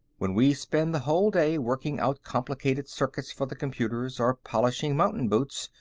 when we spend the whole day working out complicated circuits for the computers, or polishing mountain boots,